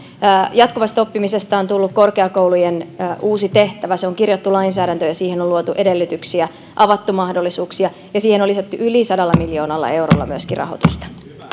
jatkuvasta oppimisesta on tullut korkeakoulujen uusi tehtävä se on kirjattu lainsäädäntöön ja siihen on luotu edellytyksiä avattu mahdollisuuksia ja siihen on lisätty yli sadalla miljoonalla eurolla myöskin rahoitusta